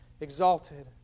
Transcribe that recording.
exalted